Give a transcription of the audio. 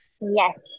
Yes